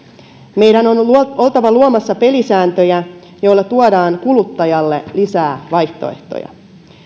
meidän on on oltava luomassa pelisääntöjä joilla tuodaan kuluttajalle lisää vaihtoehtoja